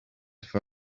for